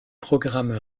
programme